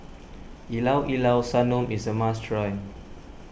Llao Llao Sanum is a must try